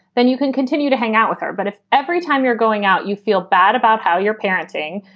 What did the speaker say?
then you can continue to hang out with her. but if every time you're going out, you feel bad about how you're parenting.